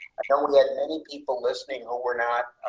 yeah many people listening who were not